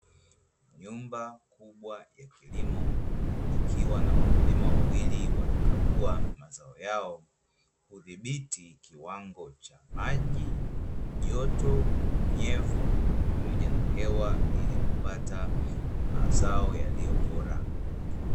Nyumba kubwa ya kilimo ikiwa na wakulima wawili wanakagua mazao yao, kudhibiti kiwango cha maji, joto, unyevu pamoja na hewa ili kupata mazao yaliyo bora.